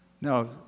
No